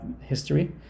history